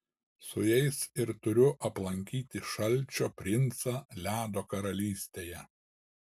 su jais ir turiu aplankyti šalčio princą ledo karalystėje